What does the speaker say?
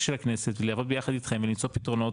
של הכנסת ולעבוד ביחד אתכם ולמצוא פתרונות,